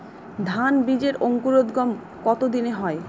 ধান বীজের অঙ্কুরোদগম কত দিনে হয়?